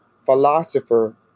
philosopher